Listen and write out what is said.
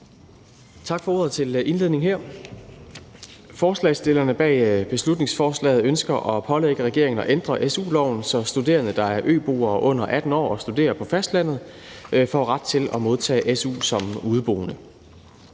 Tak for ordet. Forslagsstillerne bag beslutningsforslaget ønsker at pålægge regeringen at ændre su-loven, så studerende, der er øboere og under 18 år og studerer på fastlandet, får ret til at modtage su som udeboende.